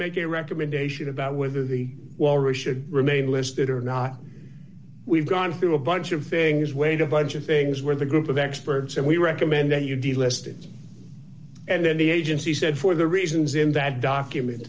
make a recommendation about whether the walrus should remain listed or not we've gone through a bunch of things wait a bunch of things where the group of experts and we recommend that you delisted and then the agency said for the reasons in that document